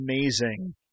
amazing